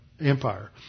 empire